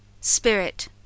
Spirit